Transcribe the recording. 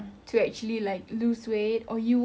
awak buat kelakar sekarang